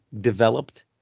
developed